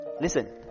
listen